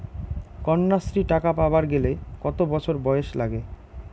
কন্যাশ্রী টাকা পাবার গেলে কতো বছর বয়স লাগে?